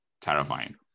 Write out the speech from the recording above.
terrifying